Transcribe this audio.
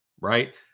right